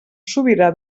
sobirà